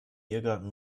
irrgarten